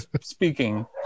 speaking